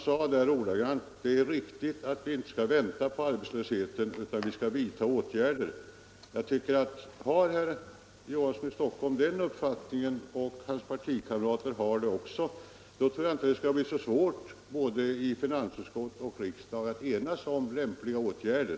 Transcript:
Han sade: ”Vi skall inte vänta på arbetslösheten innan vi gör något åt den.” Om herr Knut Johansson i Stockholm har den uppfattningen och om den delas av hans partikamrater tror jag inte att det blir så svårt att i finansutskott och riksdag enas om lämpliga åtgärder.